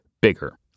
bigger